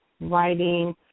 writing